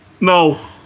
No